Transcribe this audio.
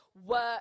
Work